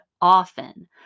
often